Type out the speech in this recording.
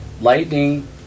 Lightning